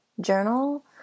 Journal